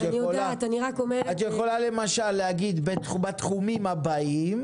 את יכולה להגיד למשל: "בתחומים הבאים",